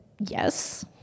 Yes